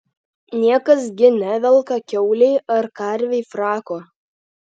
niekas gi nevelka kiaulei ar karvei frako